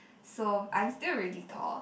so I'm still really tall